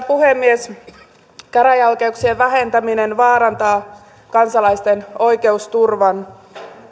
puhemies käräjäoikeuksien vähentäminen vaarantaa kansalaisten oikeusturvan